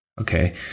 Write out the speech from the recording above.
Okay